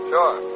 Sure